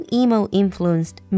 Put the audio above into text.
emo-influenced